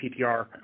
PTR